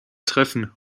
treffen